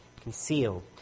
concealed